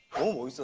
oh so